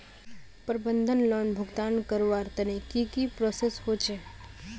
प्रबंधन लोन भुगतान करवार तने की की प्रोसेस होचे?